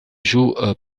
joue